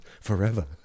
forever